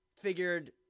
figured